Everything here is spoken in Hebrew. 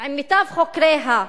עם מיטב חוקריה.